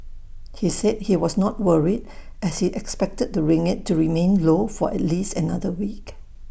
he said he was not worried as he expected the ringgit to remain low for at least another week